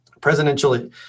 Presidential